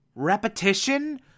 Repetition